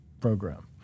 program